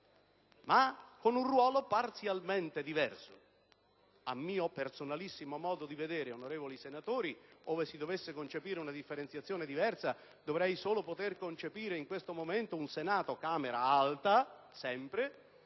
ma con un ruolo parzialmente diverso. A mio personalissimo modo di vedere, onorevoli senatori, ove si dovesse concepire una differenziazione diversa, dovrei solo poter concepire in questo momento un Senato (Camera Alta, sempre)